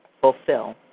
fulfill